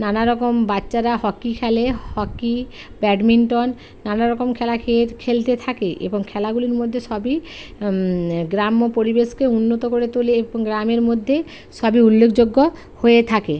নানা রকম বাচ্চারা হকি খেলে হকি ব্যাডমিন্টন নানা রকম খেলা খেলতে থাকে এবং খেলাগুলির মধ্যে সবই গ্রাম্য পরিবেশকে উন্নত করে তোলে এবং গ্রামের মধ্যেই সবই উল্লেখযোগ্য হয়ে থাকে